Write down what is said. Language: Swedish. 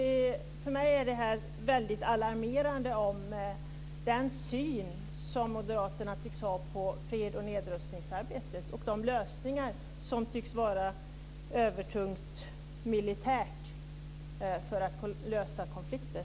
För mig är den syn som moderaterna tycks ha på freds och nedrustningsarbetet väldigt alarmerande, liksom att det tycks vara övertung militär som ska lösa konflikter.